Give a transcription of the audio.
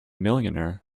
millionaire